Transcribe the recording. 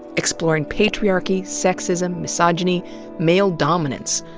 exploring patriarchy, sexism, misogyny male dominance.